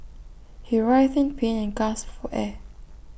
he writhed in pain and gasped for air